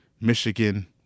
Michigan